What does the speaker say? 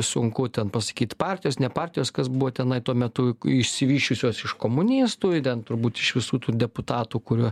sunku ten pasakyt partijos ne partijos kas buvo tenai tuo metu išsivysčiusios iš komunistų ir ten turbūt iš visų tų deputatų kuriuo